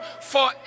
forever